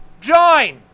join